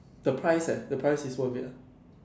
the price eh the price is worth it ah